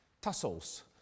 tussles